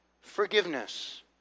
forgiveness